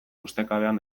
ustekabean